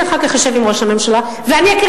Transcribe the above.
אני אחר כך אשב עם ראש הממשלה ואני אקריא